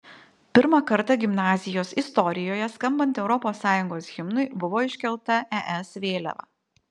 pirmą kartą gimnazijos istorijoje skambant europos sąjungos himnui buvo iškelta es vėliava